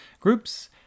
groups